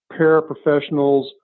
paraprofessionals